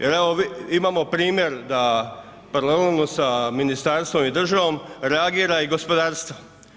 Jer evo imamo primjer da paralelno sa ministarstvom i državom reagira i gospodarstvo.